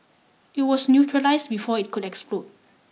it was neutralise before it could explode